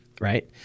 right